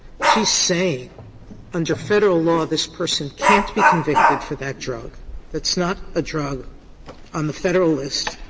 she's saying under federal law, this person can't be convicted for that drug that's not a drug on the federal list